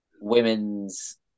women's